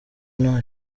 nta